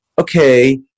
okay